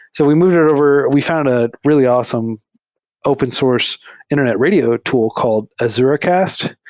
so we've moved it over. we found a really awesome open source internet radio tool called azuracast,